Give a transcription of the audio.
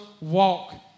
walk